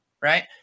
right